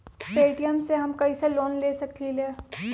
Paytm से हम कईसे लोन ले सकीले?